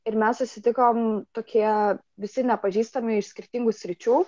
ir mes susitikom tokie visi nepažįstami iš skirtingų sričių